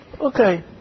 Okay